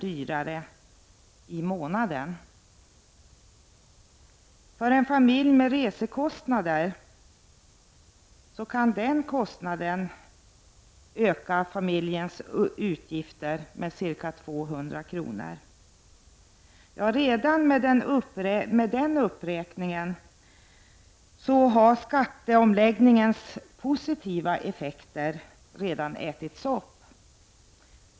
dyrare i månaden. För en familj med resekostnader kan de höjda avgifterna öka familjens utgifter med ca 200 kr. Redan med denna uppräkning har skatteomläggningens positiva effekter ätits upp.